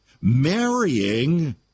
Marrying